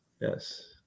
yes